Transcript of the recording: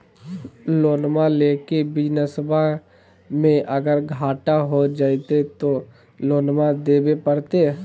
लोनमा लेके बिजनसबा मे अगर घाटा हो जयते तो लोनमा देवे परते?